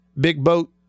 big-boat